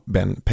Ben